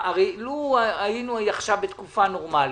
הרי לו היינו עכשיו בתקופה נורמלית,